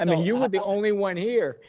i mean you were the only one here.